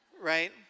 right